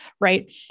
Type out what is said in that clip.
Right